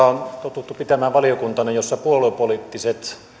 on totuttu pitämään valiokuntana jossa puoluepoliittiset